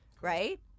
right